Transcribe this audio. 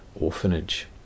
orphanage